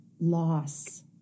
loss